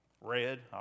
Red